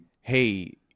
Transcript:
hey